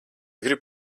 gribu